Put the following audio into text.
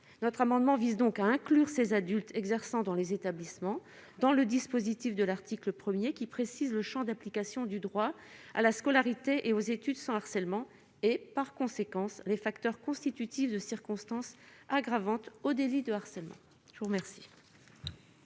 notre amendement vise donc à inclure ces adultes exerçant dans les établissements dans le dispositif de l'article 1er qui précise le Champ d'application du droit à la scolarité et aux études sans harcèlement et par conséquence les facteurs constitutifs de circonstance aggravante au délit de harcèlement je vous remercie.